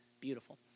beautiful